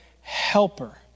helper